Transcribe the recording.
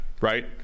right